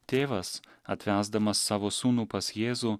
tėvas atvesdamas savo sūnų pas jėzų